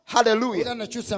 Hallelujah